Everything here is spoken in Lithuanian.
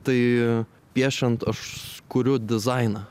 tai piešiant aš kuriu dizainą